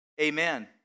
amen